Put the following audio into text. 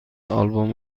آلبوم